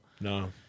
no